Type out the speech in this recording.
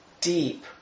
deep